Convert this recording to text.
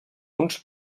uns